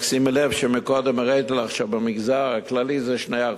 רק שימי לב שקודם הראיתי לך שבמגזר הכללי זה 2%,